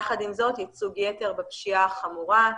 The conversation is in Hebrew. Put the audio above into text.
יחד עם זאת ייצוג יתר בפשיעה החמורה,